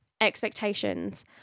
expectations